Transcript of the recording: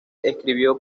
escribió